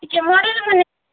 ଟିକେ ମଡ଼େଲ୍ମାନେ